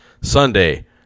Sunday